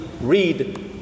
read